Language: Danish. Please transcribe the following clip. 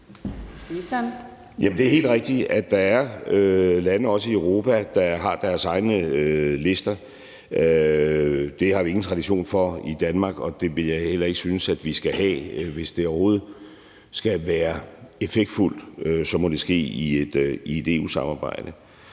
Det er helt rigtigt, at der er lande, også i Europa, der har deres egne lister. Det har vi ingen tradition for i Danmark, og det vil jeg heller ikke synes at vi skal have. Hvis det overhovedet skal være effektfuldt, må det ske i et EU-samarbejde.